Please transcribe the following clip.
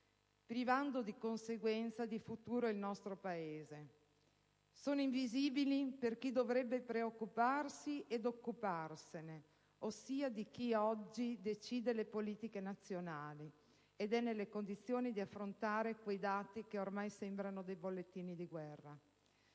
privando, di conseguenza, di futuro il nostro Paese. Sono invisibili per chi dovrebbe preoccuparsi ed occuparsene, ossia chi oggi decide le politiche nazionali ed è nelle condizioni di affrontare quei dati che ormai sembrano dei bollettini di guerra.